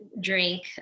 drink